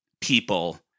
people